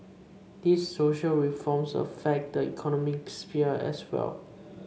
these social reforms affect the economic sphere as well